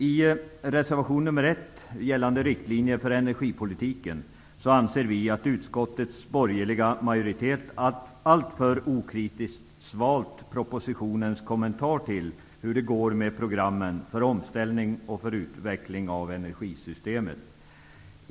I reservation 1 gällande riktlinjer för energipolitiken anser vi att utskottets borgerliga majoritet alltför okritiskt svalt propositionens kommentar till hur det går med programmen för omställning och utveckling av energisystemet.